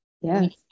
yes